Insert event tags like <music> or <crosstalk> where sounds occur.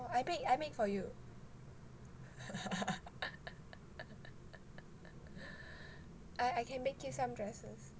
I make I make for you <laughs> I I can make you some dresses